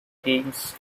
games